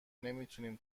نمیتونیم